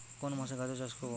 কোন মাসে গাজর চাষ করব?